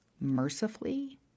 mercifully